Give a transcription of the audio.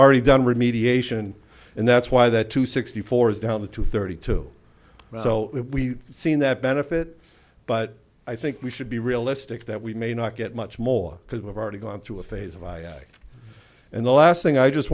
already done remediation and that's why that too sixty four is down the to thirty two so we seen that benefit but i think we should be realistic that we may not get much more because we've already gone through a phase of i and the last thing i just